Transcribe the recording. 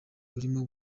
urimo